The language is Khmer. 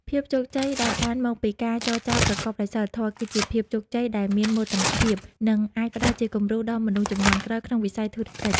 ភាពជោគជ័យដែលបានមកពីការចរចាប្រកបដោយសីលធម៌ គឺជាភាពជោគជ័យដែលមានមោទនភាព និងអាចផ្ដល់ជាគំរូដល់មនុស្សជំនាន់ក្រោយក្នុងវិស័យធុរកិច្ច។